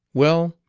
well,